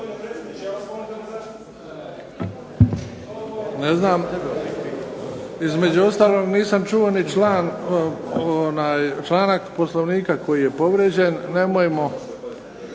Ne znam, između ostalog nisam čuo ni članak Poslovnika koji je povrijeđen. Nemojmo